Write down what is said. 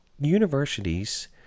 universities